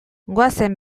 goazen